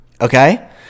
okay